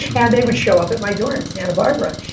yeah they would show up at my door in santa barbara.